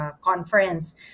conference